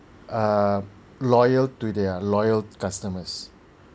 err loyal to their loyal customers